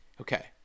Okay